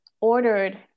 ordered